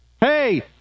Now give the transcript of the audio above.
Hey